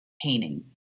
painting